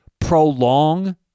prolong